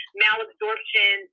malabsorption